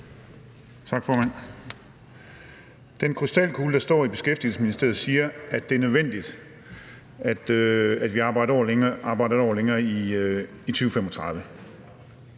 Tak, formand. Den krystalkugle, der står i Beskæftigelsesministeriet, siger, at det er nødvendigt, at vi arbejder et år længere i 2035.